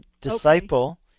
Disciple